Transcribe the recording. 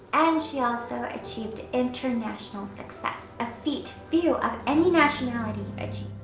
and she also achieved international success, a feat few of any nationality achieved.